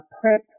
prep